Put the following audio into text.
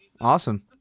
Awesome